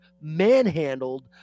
manhandled